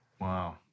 Wow